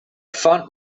found